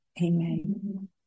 Amen